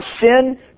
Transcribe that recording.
sin